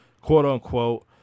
quote-unquote